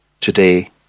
Today